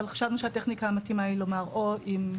אבל חשבנו שהטכניקה המתאימה היא לומר או.